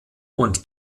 und